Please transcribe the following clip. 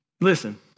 Listen